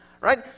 Right